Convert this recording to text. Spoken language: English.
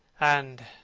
and.